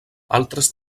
altres